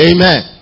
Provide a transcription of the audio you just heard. Amen